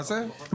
מה זה חדש?